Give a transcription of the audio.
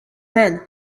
men